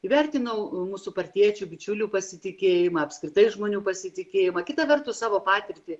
įvertinau mūsų partiečių bičiulių pasitikėjimą apskritai žmonių pasitikėjimą kita vertus savo patirtį